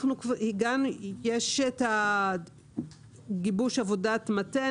יש את גיבוש עבודת המטה,